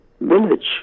village